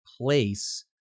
place